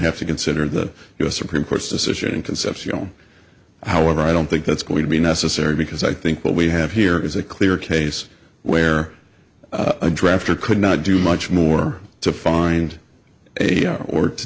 have to consider the u s supreme court's decision in concepcion however i don't think that's going to be necessary because i think what we have here is a clear case where a drafter could not do much more to find a are or to